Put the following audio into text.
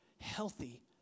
healthy